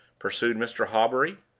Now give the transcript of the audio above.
pursued mr. hawbury.